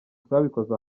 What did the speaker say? twabikoze